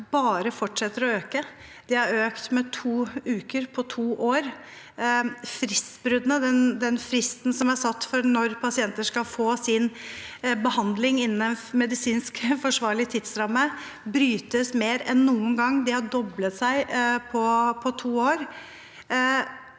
bare fortsetter å øke – de har økt med to uker på to år – og fristen som er satt for når pasienter skal få sin behandling innen en medisinsk forsvarlig tidsramme, brytes mer enn noen gang – fristbruddene har doblet seg på to år